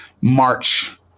march